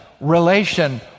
relation